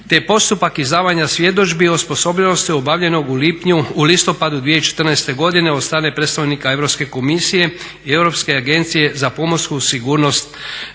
je postupak izdavanja svjedodžbi i osposobljenosti obavljenog u listopadu 2014.godine od strane predstavnika Europske komisije i Europske agencije za pomorsku sigurnost